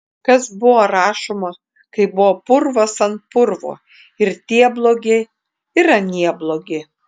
kas buvo rašoma kai buvo purvas ant purvo ir tie blogi ir anie blogi